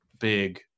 big